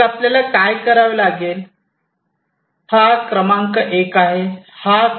मग आपल्याला काय करावे लागेल हा क्रमांक 1 आहे